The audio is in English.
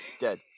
dead